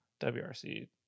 wrc